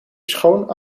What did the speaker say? schoon